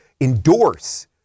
endorse